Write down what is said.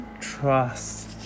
Trust